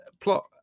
plot